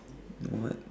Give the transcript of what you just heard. what